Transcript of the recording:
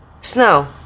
Snow